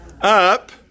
up